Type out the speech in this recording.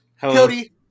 cody